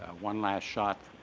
one last shot,